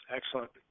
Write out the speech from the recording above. Excellent